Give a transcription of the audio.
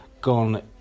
gone